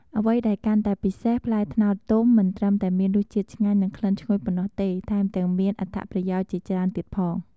អ្វីដែលកាន់តែពិសេស ផ្លែត្នោតទុំ មិនត្រឹមតែមានរសជាតិឆ្ងាញ់ និងក្លិនឈ្ងុយប៉ុណ្ណោះទេ ថែមទាំងមានអត្ថប្រយោជន៍ជាច្រើនទៀតផង។